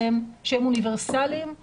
בקריטריונים שהם אוניברסליים להתנהלות.